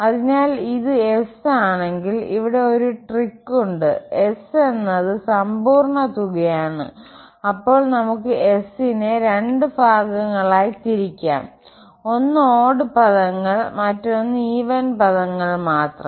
അതിനാൽ ഇത് S ആണെങ്കിൽ ഇവിടെ ഒരു ട്രിക്ക് ഉണ്ട് S എന്നത് സമ്പൂർണ്ണ തുകയാണ് അപ്പോൾ നമുക്ക് S നെ രണ്ട് ഭാഗങ്ങളായി തിരിക്കാം ഒന്ന് ഓഡ്ഡ് പദങ്ങൾ മാത്രം മറ്റൊന്ന് ഈവൻ പദങ്ങൾ മാത്രം